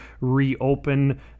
reopen